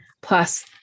plus